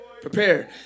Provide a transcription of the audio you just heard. prepared